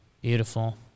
Beautiful